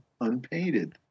unpainted